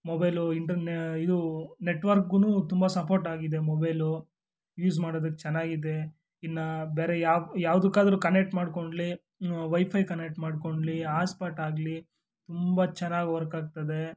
mobile internet ಇದು ನೆಟ್ವರ್ಕೂ ತುಂಬ ಸಪೋರ್ಟಾಗಿದೆ ಮೊಬೈಲು ಯೂಸ್ ಮಾಡೋದಕ್ಕೆ ಚೆನ್ನಾಗಿದೆ ಇನ್ನು ಬೇರೆ ಯಾವ ಯಾವ್ದಕ್ಕಾದ್ರೂ ಕನೆಕ್ಟ್ ಮಾಡಿಕೊಂಡ್ಲಿ ವೈಫೈ ಕನೆಟ್ ಮಾಡಿಕೊಂಡ್ಲಿ ಆಸ್ಪಾಟಾಗಲಿ ತುಂಬ ಚೆನ್ನಾಗಿ ವರ್ಕ್ ಆಗ್ತದೆ